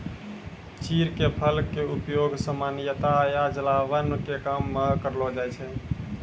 चीड़ के फल के उपयोग सामान्यतया जलावन के काम मॅ करलो जाय छै